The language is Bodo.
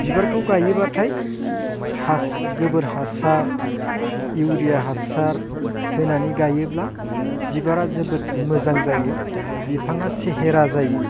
बिबारखौ गायोब्लाथाय गोबोर हासार इउरिया हासार होनानै गायोब्ला बिबारा जोबोद मोजां जायो बिफाङा सेहेरा जायो